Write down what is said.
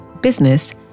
business